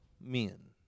men